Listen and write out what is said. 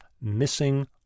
missing